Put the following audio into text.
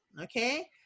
okay